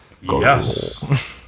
Yes